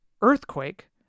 Earthquake